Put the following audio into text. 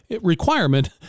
requirement